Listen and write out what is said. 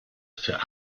für